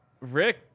Rick